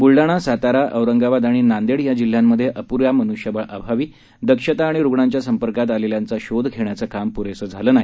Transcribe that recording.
बुलढाणा सातारा औरंगाबाद आणि नांदेड या जिल्ह्यांमध्ये अप्ऱ्या मनुष्यबळ आभावी दक्षता आणि रुग्णांच्या संपर्कात आलेल्यांचा शोध घेण्याचं काम पुरेस झालं नाही